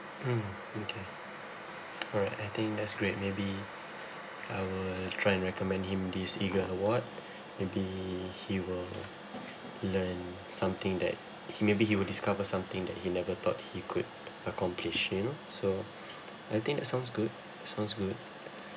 mmhmm okay alright I think that's great maybe I will try and recommend him this EAGLE award maybe he will learn something that he maybe he will discover something that he never thought he could accomplish you know so I think that sounds good sounds good